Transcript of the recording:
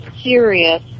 serious